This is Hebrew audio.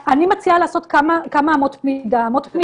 אני מציעה לעשות כמה אמות מידה.